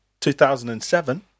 2007